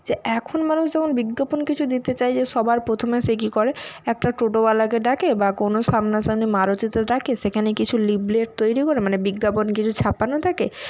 যে এখন মানুষ যেমন বিজ্ঞাপন কিছু দিতে চায় যে সবার প্রথমে সে কি করে একটা টোটোওয়ালাকে ডাকে বা কোনও সামনাসামনি মারুতিকে ডাকে সেখানে কিছু লিফলেট তৈরি করে মানে বিজ্ঞাপন কিছু ছাপানো থাকে